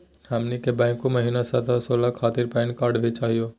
हमनी के बैंको महिना खतवा खोलही खातीर पैन कार्ड भी चाहियो?